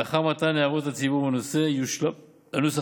לאחר מתן הערות הציבור בנושא יושלם הנוסח